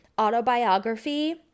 autobiography